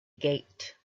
gate